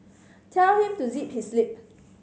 tell him to zip his lip